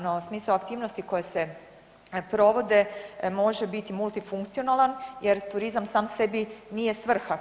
No smisao aktivnosti koje se provode može biti multifunkcionalan jer turizam sam sebi nije svrha.